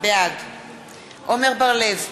בעד עמר בר-לב,